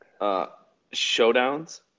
showdowns